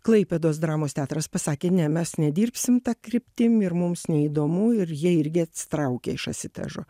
klaipėdos dramos teatras pasakė ne mes nedirbsim ta kryptim ir mums neįdomu ir jie irgi atsitraukė iš asitežo